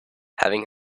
having